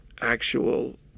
actual